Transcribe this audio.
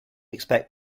expect